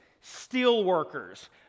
steelworkers